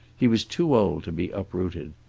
he was too old to be uprooted.